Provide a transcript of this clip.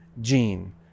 Gene